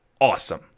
Awesome